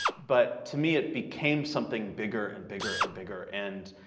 but to me, it became something bigger and bigger and bigger. and